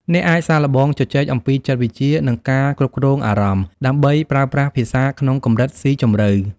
អ្នកអាចសាកល្បងជជែកអំពីចិត្តវិទ្យា និងការគ្រប់គ្រងអារម្មណ៍ ដើម្បីប្រើប្រាស់ភាសាក្នុងកម្រិតស៊ីជម្រៅ។